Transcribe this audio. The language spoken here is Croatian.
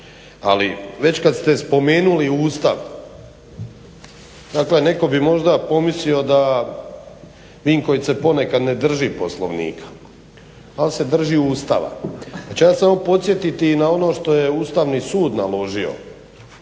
Ali već kada ste spomenuli Ustav dakle netko bi možda pomislio da se Vinković ponekad ne drži Poslovnika, ali se drži Ustava. Pa ću ja samo podsjetiti na ono što je Ustavni sud naložio